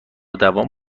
دوام